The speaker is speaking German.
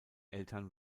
eltern